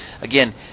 again